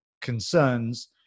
concerns